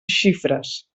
xifres